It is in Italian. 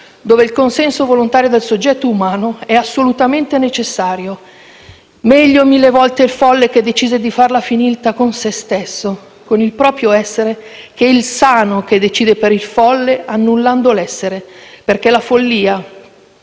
dove il consenso volontario del soggetto umano è assolutamente necessario. Meglio mille volte il folle che decide di farla finita con se stesso, con il proprio essere, che il sano che decide per il folle, annullando l'essere. Perché la follia